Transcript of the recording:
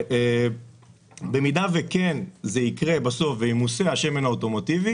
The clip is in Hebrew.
במידה והשמן האוטומוטיבי כן ימוסה בסוף,